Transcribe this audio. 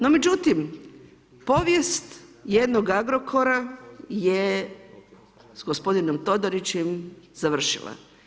No međutim, povijest jednog Agrokora je s gospodinom Todorićem završila.